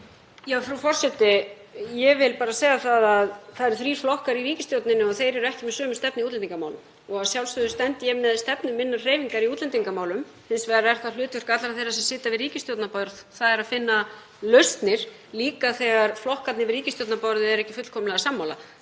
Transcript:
Frú forseti. Ég vil bara segja það að það eru þrír flokkar í ríkisstjórninni og þeir eru ekki með sömu stefnu í útlendingamálum og að sjálfsögðu stend ég með stefnu minnar hreyfingar í útlendingamálum. Hins vegar er það hlutverk allra þeirra sem sitja við ríkisstjórnarborð að finna lausnir, líka þegar flokkarnir við ríkisstjórnarborðið eru ekki fullkomlega sammála.